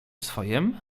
swojem